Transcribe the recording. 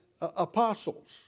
apostles